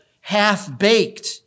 half-baked